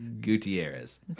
Gutierrez